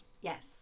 Yes